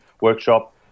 workshop